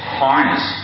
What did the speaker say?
harness